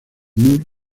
moore